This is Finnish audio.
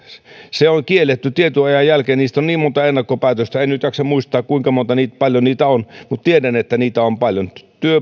se on kielletty tietyn ajan jälkeen niistä on niin monta ennakkopäätöstä en nyt jaksa muistaa kuinka paljon niitä on mutta tiedän että niitä on paljon